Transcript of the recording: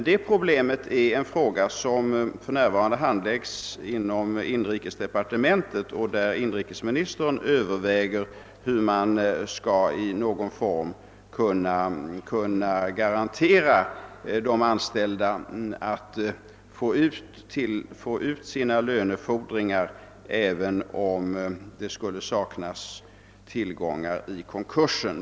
Detta problem handläggs emellertid för närvarande inom inrikesdepartementet, där inrikesministern överväger hur man i någon form skall kunna garantera de anställda att de skall få ut sina lönefordringar, även om det skulle saknas tillgångar i konkursen.